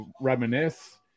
reminisce